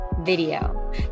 video